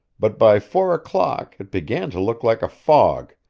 but by four o'clock it began to look like a fog,